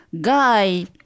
guy